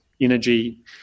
energy